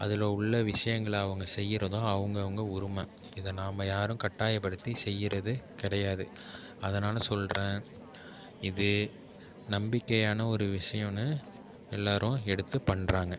அதில் உள்ளே விஷயங்களை அவங்க செய்கிறதும் அவங்கவுங்க உரிம இதை நாம யாரும் கட்டாயப்படுத்தி செய்கிறது கிடையாது அதனால் சொல்கிறேன் இது நம்பிக்கையான ஒரு விஷயன்னு எல்லோரும் எடுத்து பண்ணுறாங்க